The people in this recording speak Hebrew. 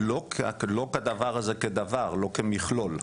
לא כדבר הזה כדבר, לא כמכלול.